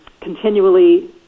continually